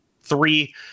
three